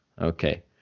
Okay